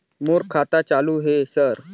मोर खाता चालु हे सर?